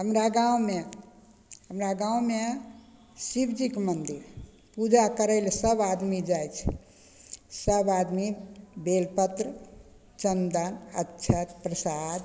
हमरा गाँवमे हमरा गाँवमे शिव जीके मन्दिर पूजा करय लए सब आदमी जाइ छै सब आदमी बेलपत्र चन्दन अच्छत प्रसाद